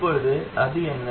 இப்போது அது என்ன